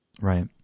right